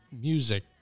music